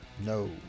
No